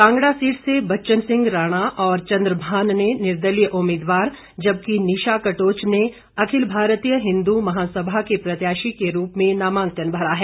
Kangra seat से बच्चन सिंह राणा और चंद्रभान ने निर्दलीय उम्मीदवार जबकि निशा कटोच ने अखिल भारतीय हिंदू महासभा के प्रत्याशी के रूप में नामांकन भरा है